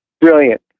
Brilliant